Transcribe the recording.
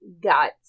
got